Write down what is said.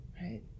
right